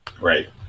Right